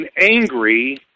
angry